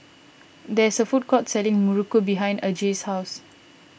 there is a food court selling Muruku behind Aja's house